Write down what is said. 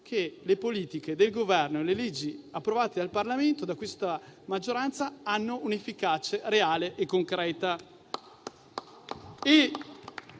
che le politiche del Governo e le leggi approvate in Parlamento da questa maggioranza hanno un'efficacia reale e concreta.